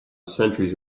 centuries